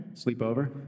sleepover